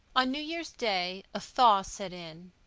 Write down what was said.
on new year's day a thaw set in,